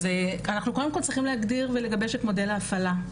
אז אנחנו קודם כל צריכים להגדיר ולגבש את מודל ההפעלה.